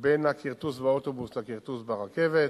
בין הכרטוס באוטובוס לכרטוס ברכבת.